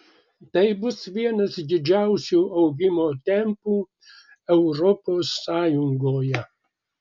tai bus vienas didžiausių augimo tempų europos sąjungoje